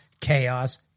Chaos